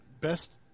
Best